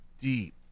deep